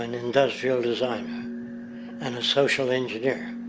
and industrial designer and a social engineer.